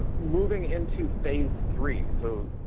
moving into phase three. so